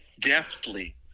deftly